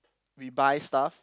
we buy stuff